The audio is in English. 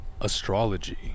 Astrology